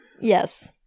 Yes